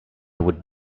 would